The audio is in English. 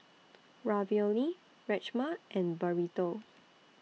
Ravioli Rajma and Burrito